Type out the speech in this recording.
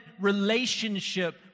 relationship